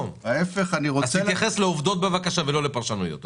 תתייחס בבקשה לעובדות ולא לפרשנויות.